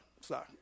Sorry